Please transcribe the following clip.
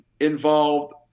involved